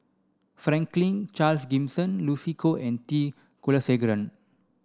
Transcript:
Franklin Charles Gimson Lucy Koh and T Kulasekaram